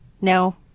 no